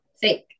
fake